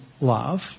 love